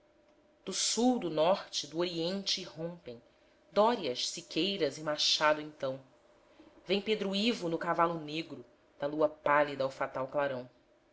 do sul do norte do oriente irrompem dórias siqueiras e machado então vem pedro lvo no cavalo negro da lua pálida ao fatal clarão